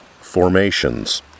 Formations